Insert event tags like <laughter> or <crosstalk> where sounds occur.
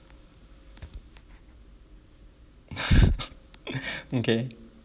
<laughs> okay